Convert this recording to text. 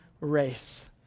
race